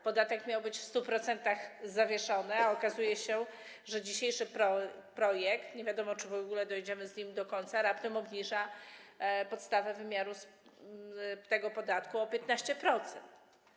Podatek miał być w 100% zawieszony, a okazuje się, że dzisiejszy projekt - i nie wiadomo, czy w ogóle doprowadzimy go do końca - raptem obniża podstawę wymiaru tego podatku o 15%.